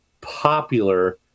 popular